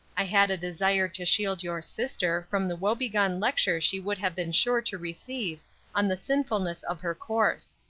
i had a desire to shield your sister from the woebegone lecture she would have been sure to receive on the sinfulness of her course.